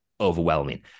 overwhelming